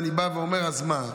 אני בא ואומר: אז מה,